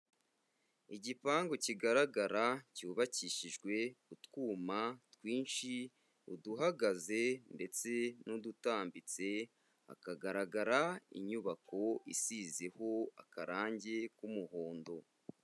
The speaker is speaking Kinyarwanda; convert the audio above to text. Igipangu kigaragara cyubakishijwe utwuma twinshi, uduhagaze ndetse n'udutambitse, hakagaragara inyubako isizeho akarange k'umuhondo.